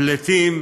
פליטים,